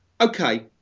okay